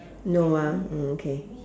no ah mm okay